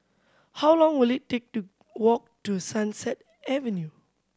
how long will it take to walk to Sunset Avenue